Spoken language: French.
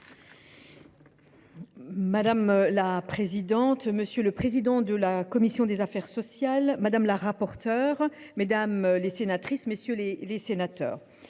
Madame la présidente, monsieur le président de la commission des affaires sociales, madame la rapporteure, mesdames, messieurs les sénateurs,